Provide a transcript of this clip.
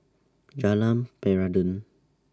Jalan Peradun